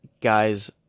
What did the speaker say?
guys